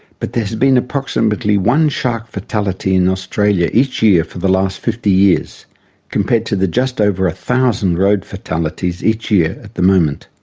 but there has been approximately one shark fatality in australia each year for the last fifty years compared to the just over a thousand road fatalities each year at the moment.